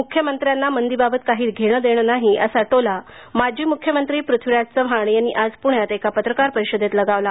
मुख्यमंत्र्यांना मंदीबाबत काही घेणंदेणं नाही असा टोला माजी म्ख्यमंत्री पृथ्वीराज चव्हाण यांनी आज पूण्यात एक पत्रकार परीषदेत लगावला